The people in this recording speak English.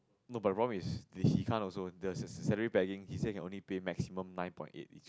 no but the problem is he can't also there's salary pegging he says can only pay maximum nine point eight